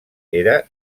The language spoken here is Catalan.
era